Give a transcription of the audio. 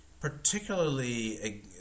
particularly